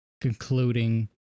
concluding